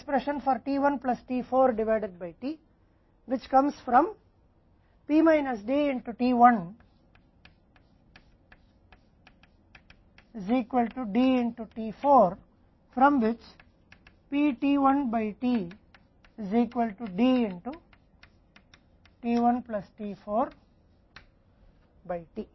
हमें t 1 plus t4 के लिए एक अभिव्यक्ति की भी आवश्यकता है जो t 1 से विभाजित है जो P माइनस D से t 1 में आता है t 4 में बराबर D है जिसमें से p t 1 से T के बराबर D में t 1 प्लस t 4 में T